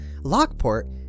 Lockport